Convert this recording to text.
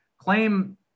claim